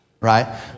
Right